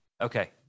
Okay